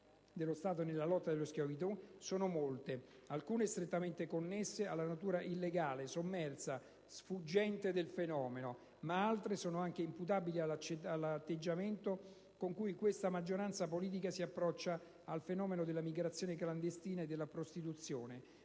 dello Stato nella lotta alla schiavitù sono molte, alcune strettamente connesse alla natura illegale, sommersa, sfuggente del fenomeno, altre imputabili anche all'atteggiamento con cui questa maggioranza politica si approccia al fenomeno della migrazione clandestina e della prostituzione.